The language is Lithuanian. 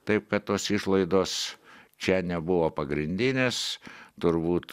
taip kad tos išlaidos čia nebuvo pagrindinis turbūt